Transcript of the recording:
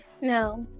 No